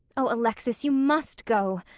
o alexis, you must go!